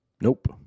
nope